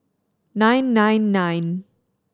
nine nine nine